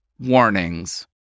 warnings